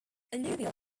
alluvial